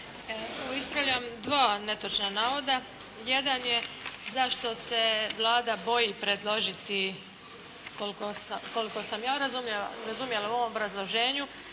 Ispravljam dva netočna navoda. Jedan je zašto se Vlada boji predložiti koliko sam ja razumjela u ovom obrazloženju